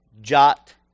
jot